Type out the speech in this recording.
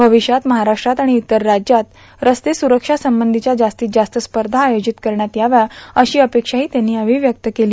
भविष्यात महाराष्ट्रात आणि इतर राज्यात रस्ते सुरक्षे संबंधीच्या जास्तीत जास्त स्पर्धा आयोजित करण्यात याव्यात अशी अपेक्षाही त्यांनी यावेळी व्यक्त केली